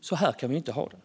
Så här kan vi inte ha det.